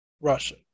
Russia